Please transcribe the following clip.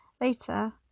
Later